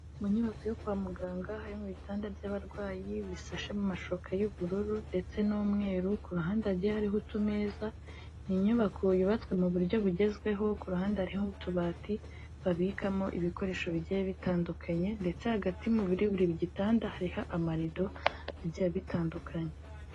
Mu nyubako yo kwa muganga harimo ibitanda by'abarwayi bisashe mu mashuka y'ubururu ndetse n'umweru, ku ruhande hagiye hariho utumeza, ni inyubako yubatswe mu buryo bugezweho, ku ruhande hariho n'utubati babikamo ibikoresho bigiye bitandukanye ndetse hagati mu biri buri gitanda hariho amarido agiye abitandukanya.